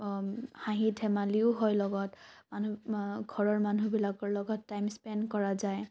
হাঁহি ধেমালিও হয় লগত মানুহ ঘৰৰ মানুহবিলাকৰ লগত টাইম স্পেণ্ড কৰা যায়